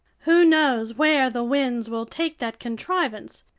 who knows where the winds will take that contrivance,